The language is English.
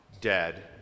dead